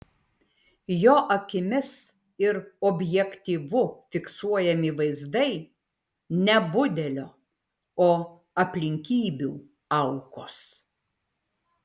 jo akimis ir objektyvu fiksuojami vaizdai ne budelio o aplinkybių aukos